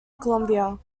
columbia